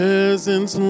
Presence